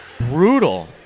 Brutal